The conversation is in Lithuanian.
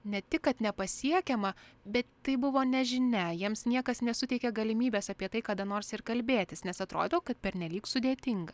ne tik kad nepasiekiama bet tai buvo nežinia jiems niekas nesuteikė galimybės apie tai kada nors ir kalbėtis nes atrodo kad pernelyg sudėtinga